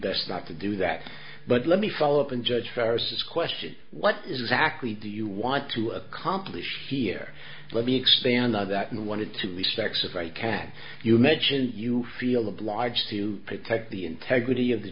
best not to do that but let me follow up and judge ferris's question what exactly do you want to accomplish here let me expand on that and wanted to respects if i can you mentioned you feel obliged to protect the integrity of the